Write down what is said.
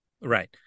right